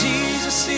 Jesus